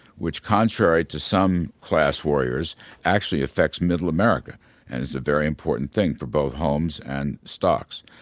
which contrary to some class warriors actually affects middle america and is a very important thing for both homes and stocks.